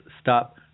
stop